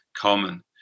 common